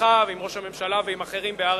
אתך ועם ראש הממשלה ועם אחרים בהר-הרצל,